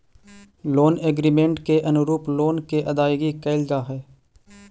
loan agreement के अनुरूप loan के अदायगी कैल जा हई